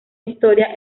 historia